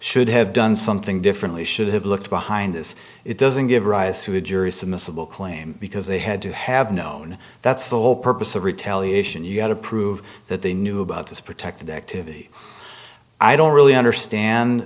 should have done something differently should have looked behind this it doesn't give rise to a jury submissive will claim because they had to have known that's the whole purpose of retaliation you had to prove that they knew about this protected activity i don't really understand